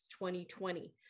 2020